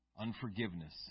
Unforgiveness